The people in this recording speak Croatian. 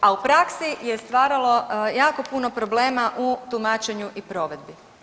A u praksi je stvaralo jako puno problema u tumačenju i provedbi.